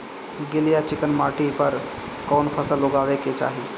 गील या चिकन माटी पर कउन फसल लगावे के चाही?